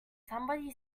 somebody